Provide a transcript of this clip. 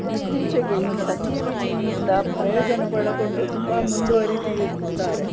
ಇತ್ತೀಚೆಗೆ ಈ ಸಂಜೀವಿನಿಯಿಂದ ಪ್ರಯೋಜನ ಪಡಕೊಂಡು ತುಂಬ ಮುಂದುವರೆದಿರುತ್ತಾರೆ